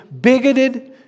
bigoted